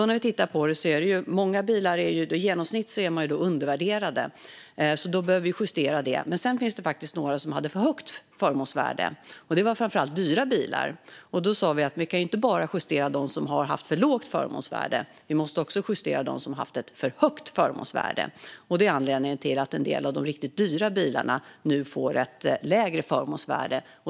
När vi tittade på systemet såg vi att i genomsnitt var många bilar undervärderade, och därför behövde vi justera det. Men det fanns faktiskt också några bilar som hade för högt förmånsvärde, och det var framför allt dyra bilar. Då sa vi: Vi kan inte bara justera dem som har haft ett för lågt förmånsvärde, utan vi måste också justera dem som har haft ett för högt förmånsvärde. Det är anledningen till att en del av de riktigt dyra bilarna nu får ett lägre förmånsvärde.